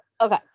okay